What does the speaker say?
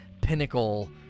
pinnacle